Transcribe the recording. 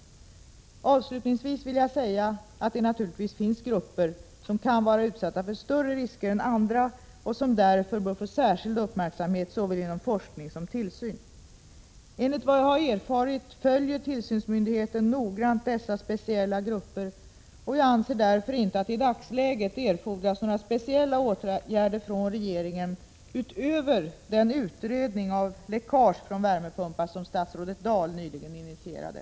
Avslutningsvis vill jag säga att det naturligtvis finns grupper som kan vara utsatta för större risker än andra och som därför bör få särskild uppmärksamhet inom såväl forskning som tillsyn. Enligt vad jag erfarit följer tillsynsmyndigheten noggrant dessa speciella grupper, och jag anser därför inte att det i dagsläget erfordras några speciella åtgärder från regeringen, utöver den utredning av läckage från värmepumpar som statsrådet Dahl nyligen initierade.